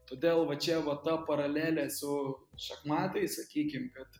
todėl va čia va ta paralelė su šachmatais sakykim kad